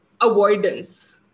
Avoidance